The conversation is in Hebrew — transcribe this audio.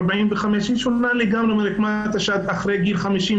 45 היא שונה לגמרי מרקמת השד אחרי גיל 50,